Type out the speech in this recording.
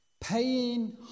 paying